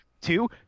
two